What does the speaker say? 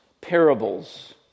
Parables